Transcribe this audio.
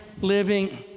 living